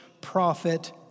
prophet